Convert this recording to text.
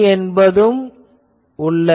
என்பது உள்ளது